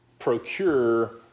procure